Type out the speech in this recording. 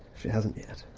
she hasn't yet,